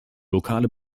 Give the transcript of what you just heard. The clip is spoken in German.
lokale